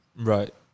right